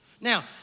Now